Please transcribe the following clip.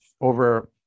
over